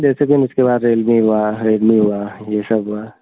जैसे कि उसके बाद रेडमी हुा रेडमी हुआ ये सब हुआ